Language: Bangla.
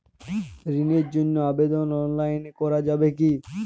ঋণের জন্য আবেদন অনলাইনে করা যাবে কি?